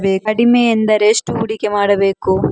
ಕಡಿಮೆ ಎಂದರೆ ಎಷ್ಟು ಹೂಡಿಕೆ ಮಾಡಬೇಕು?